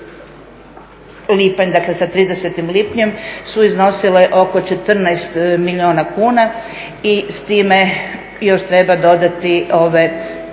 lipanj, dakle sa 30. lipnjem su iznosile oko 14 milijuna kuna i s time još treba dodati ove